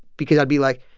because i'd be like,